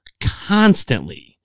Constantly